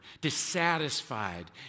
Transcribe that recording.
dissatisfied